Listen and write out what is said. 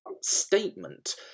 statement